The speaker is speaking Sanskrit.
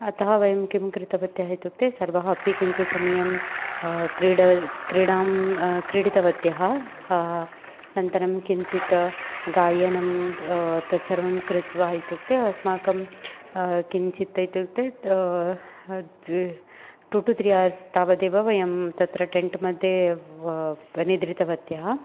अतः वयं किं कृतवत्यः इत्युक्ते सर्वे अपि किञ्चित् समयं क्रीडा क्रीडां क्रीडितवत्यः अनन्तरं किञ्चित् गायनं तत्सर्वं कृत्वा इत्युक्ते अस्माकं किञ्चित् इत्युक्ते टु टु थ्री अवर्स् तावदेव वयं तत्र टेण्ट् मध्ये व निद्रितवत्यः